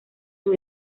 sus